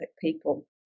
people